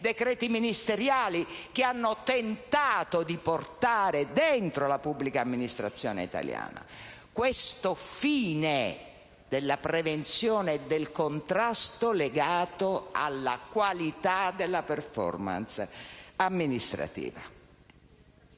decreti ministeriali che hanno tentato di portare dentro la pubblica amministrazione italiana il fine della prevenzione e del contrasto legato alla qualità della *performance* amministrativa.